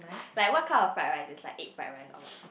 like what kind of fried rice is like egg fried rice or what